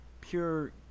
pure